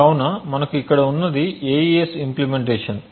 కాబట్టి మనకు ఇక్కడ ఉన్నది AES ఇంప్లీమెంటేషన్